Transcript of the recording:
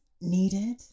needed